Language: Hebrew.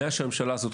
מאז קום הממשלה הזאת,